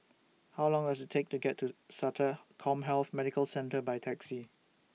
How Long Does IT Take to get to Sata Commhealth Medical Centre By Taxi